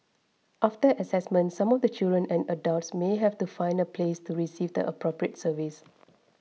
after assessment some of the children and adults may have to find a place to receive the appropriate service